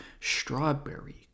strawberry